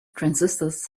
transistors